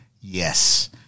yes